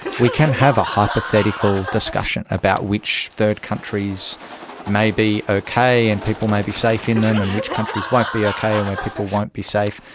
we can have a hypothetical discussion about which third countries may be okay and people may be safe in them and which countries won't be okay and where people won't be safe,